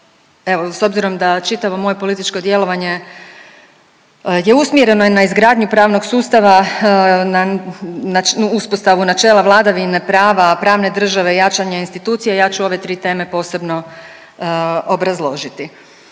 s obzirom da čitavo moje političko djelovanje je usmjereno i na izgradnji pravnog sustava, na uspostavu načela vladavine prava, pravne države i jačanja institucija ja ću ove tri teme posebno obrazložiti.